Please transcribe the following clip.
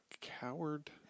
coward